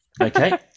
Okay